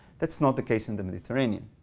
that's not the case in the mediterranean.